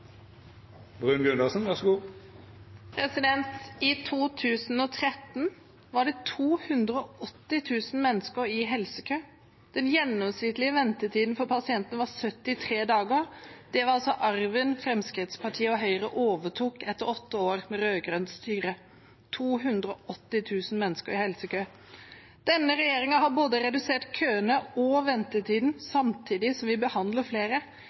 I 2013 var det 280 000 mennesker i helsekø. Den gjennomsnittlige ventetiden for pasienter var 73 dager. Det var arven Fremskrittspartiet og Høyre fikk etter åtte år med rød-grønt styre – 280 000 mennesker i helsekø. Denne regjeringen har redusert både køene og ventetiden, samtidig som vi behandler flere.